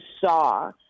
saw